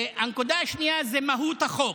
הנקודה השנייה היא מהות החוק.